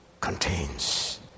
contains